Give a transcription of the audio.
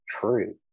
true